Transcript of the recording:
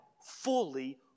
fully